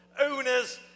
owners